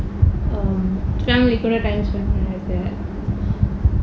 um family கூட:kuda time spend பன்றது:panrathu